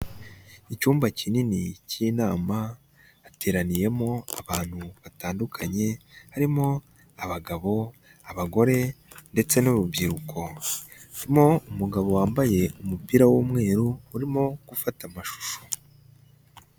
Icyumba kinini cy'inama, hateraniyemo abantu batandukanye harimo abagabo, abagore ndetse n'urubyiruko, harimo umugabo wambaye umupira w'umweru urimo gufata amashusho.